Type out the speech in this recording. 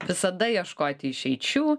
visada ieškoti išeičių